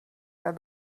where